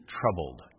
troubled